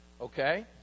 Okay